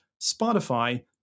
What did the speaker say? Spotify